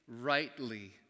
rightly